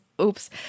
Oops